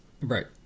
Right